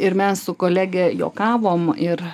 ir mes su kolege juokavom ir